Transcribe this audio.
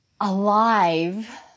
alive